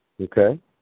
okay